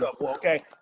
okay